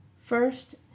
First